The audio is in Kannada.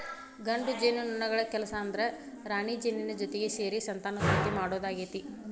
ಗಂಡು ಜೇನುನೊಣಗಳ ಕೆಲಸ ಅಂದ್ರ ರಾಣಿಜೇನಿನ ಜೊತಿಗೆ ಸೇರಿ ಸಂತಾನೋತ್ಪತ್ತಿ ಮಾಡೋದಾಗೇತಿ